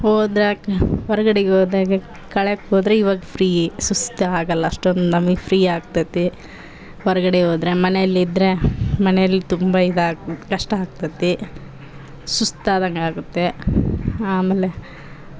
ಹೋದಾಗ ಹೊರ್ಗಡೆಗ್ ಹೋದಾಗ ಕಳೆಯಕ್ಕೆ ಹೋದ್ರೆ ಇವಾಗ ಫ್ರೀ ಸುಸ್ತು ಆಗೋಲ್ಲ ಅಷ್ಟೊಂದು ನಮಗ್ ಫ್ರೀ ಆಗ್ತದೆ ಹೊರಗಡೆ ಹೋದ್ರೆ ಮನೇಲಿ ಇದ್ರೆ ಮನೇಲಿ ತುಂಬ ಇದಾಗಿ ಕಷ್ಟ ಆಗ್ತದೆ ಸುಸ್ತು ಆದಂಗೆ ಆಗುತ್ತೆ ಆಮೇಲೆ